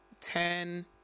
ten